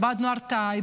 איבדנו את ההרתעה,